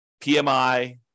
PMI